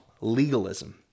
legalism